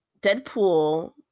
Deadpool